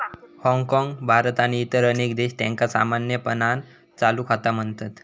हाँगकाँग, भारत आणि इतर अनेक देश, त्यांका सामान्यपणान चालू खाता म्हणतत